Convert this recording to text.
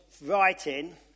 writing